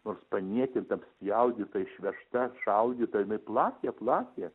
nors paniekinta apspjaudyta išvežta apšaudyta jinai plakė plakė